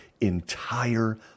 entire